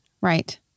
right